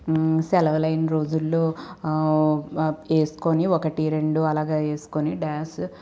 సెలవలైన రోజుల్లో వేసుకొని ఒకటి రెండు అలాగే వేసుకొని డయాస్